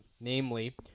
Namely